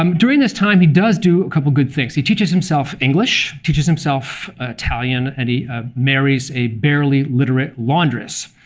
um during this time, he does do a couple of good things. he teaches himself english. he teaches himself italian. and he ah marries a barely literate laundress.